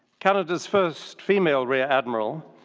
canada's first female rear admiral,